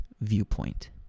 viewpoint